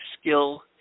skill